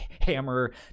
hammer